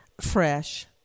fresh